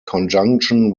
conjunction